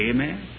Amen